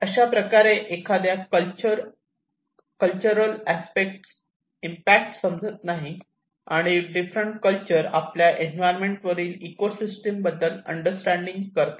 अशाच प्रकारे एखाद्या कल्चरल अस्पेक्ट इम्पॅक्ट समजत नाही आणि डिफरंट कल्चर आपल्या एन्व्हायरमेंट वरील इकोसिस्टम बद्दल अंडरस्टँडिंग करतात